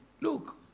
look